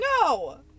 No